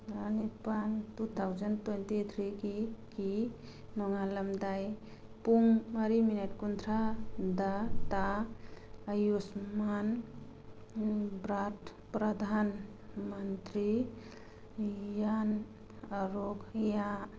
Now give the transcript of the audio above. ꯊꯥ ꯅꯤꯄꯥꯜ two thousand twenty ꯊ꯭ꯔꯤꯒꯤ ꯀꯤ ꯅꯣꯡꯉꯥꯜꯂꯝꯗꯥꯏ ꯄꯨꯡ ꯃꯔꯤ ꯃꯅꯤꯠ ꯀꯨꯟꯊ꯭ꯔꯥꯗ ꯇ ꯑꯌꯨꯁꯃꯥꯟ ꯕ꯭ꯔꯥꯠ ꯄ꯭ꯔꯙꯥꯟ ꯃꯟꯇ꯭ꯔꯤ ꯌꯥꯟ ꯑꯔꯣꯒ꯭ꯌꯥ